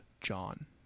John